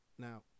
Now